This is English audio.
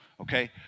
Okay